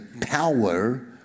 power